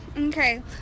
okay